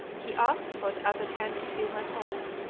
he asked for the other hand to feel my pulse.